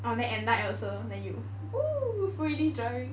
oh then at night also then you !woo! freely driving